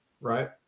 right